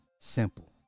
simple